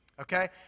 okay